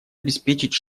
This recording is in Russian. обеспечить